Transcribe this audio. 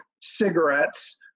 cigarettes